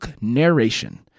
narration